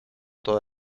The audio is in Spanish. toda